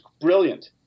brilliant